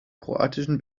kroatischen